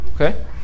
Okay